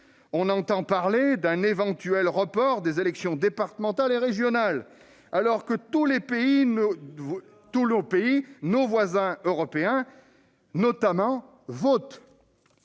On entend parler d'un éventuel report des élections départementales et régionales, alors que tous les autres pays votent, notamment nos